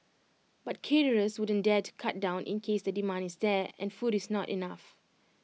but caterers wouldn't dare to cut down in case the demand is there and food is not enough